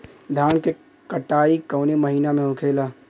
धान क कटाई कवने महीना में होखेला?